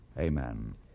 Amen